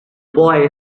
boy